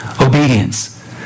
obedience